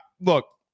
look